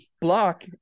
block